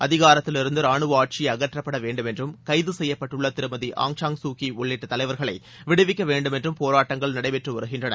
அதிகாரத்திலிருந்தரானுவஆட்சிஅகற்றப்படவேண்டும் என்றும் கைதுசெய்யப்பட்டுள்ளதிருமதி Aung San சூகிஉள்ளிட்டதலைவர்களைவிடுவிக்கவேண்டும் என்றும் போராட்டங்கள் நடைபெற்றுவருகின்றன